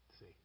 See